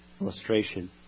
illustration